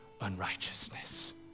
unrighteousness